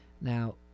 Now